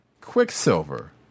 Quicksilver